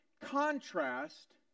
contrast